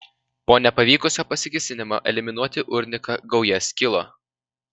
po nepavykusio pasikėsinimo eliminuoti urniką gauja skilo